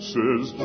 Says